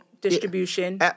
distribution